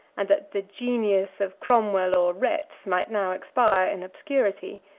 and that the genius of cromwell or retz might now expire in obscurity.